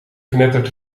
knettert